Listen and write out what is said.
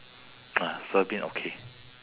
ah soya bean okay